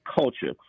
culture